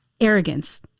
Arrogance